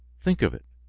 think of it.